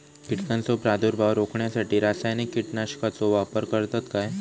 कीटकांचो प्रादुर्भाव रोखण्यासाठी रासायनिक कीटकनाशकाचो वापर करतत काय?